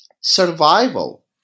Survival